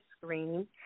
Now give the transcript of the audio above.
screen